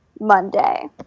Monday